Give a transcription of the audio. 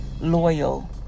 loyal